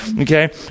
Okay